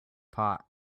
pot